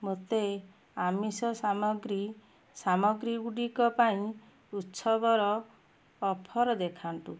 ମୋତେ ଆମିଷ ସାମଗ୍ରୀ ସାମଗ୍ରୀଗୁଡ଼ିକ ପାଇଁ ଉତ୍ସବର ଅଫର୍ ଦେଖାନ୍ତୁ